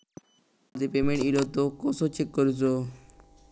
UPI वरती payment इलो तो कसो चेक करुचो?